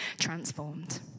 transformed